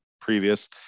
previous